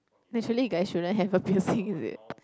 naturally guy shouldn't have a piercing is it